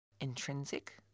Intrinsic